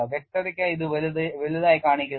വ്യക്തതയ്ക്കായി ഇത് വലുതായി കാണിക്കുന്നു